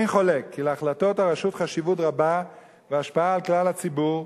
אין חולק כי להחלטות הרשות חשיבות רבה והשפעה על כלל הציבור,